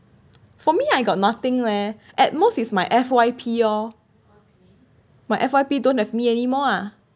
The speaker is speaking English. for me I got nothing leh at most is my F_Y_P lor my F_Y_P don't have me anymore ah